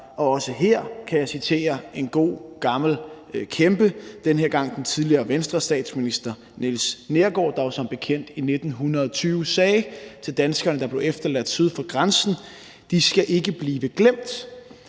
Også her kan jeg citere en god gammel kæmpe, den her gang den tidligere Venstrestatsminister Niels Neergaard, der jo som bekendt i 1920 sagde til danskerne, der blev efterladt syd for grænsen: »De skal ikke blive glemt.«